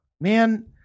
Man